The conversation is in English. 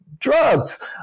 drugs